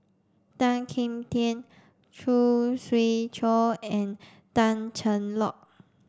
Tan Kim Tian Khoo Swee Chiow and Tan Cheng Lock